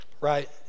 right